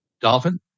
Dolphin